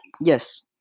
Yes